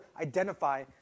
identify